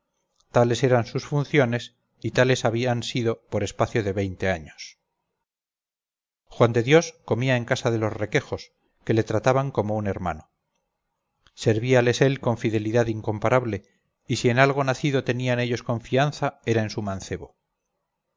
cobre tales eran sus funciones y tales habían sido por espacio de veinte años juan de dios comía en casa de los requejos que le trataban como un hermano servíales él con fidelidad incomparable y si en algo nacido tenían ellos confianza era en su mancebo